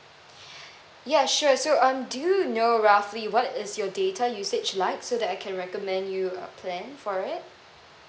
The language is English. ya sure so um do you know roughly what is your data usage like so that I can recommend you a plan for it